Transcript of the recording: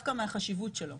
בוקר טוב לכולם,